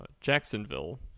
Jacksonville